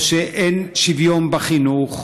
או שאין שוויון בחינוך,